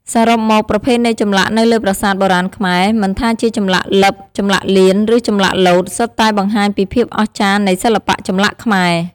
សរុបមក ប្រភេទនៃចម្លាក់នៅលើប្រាសាទបុរាណខ្មែរ មិនថាជាចម្លាក់លិប ចម្លាក់លៀន ឬចម្លាក់លោត សុទ្ធតែបង្ហាញពីភាពអស្ចារ្យនៃសិល្បៈចម្លាក់ខ្មែរ។